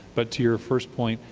but to your first point,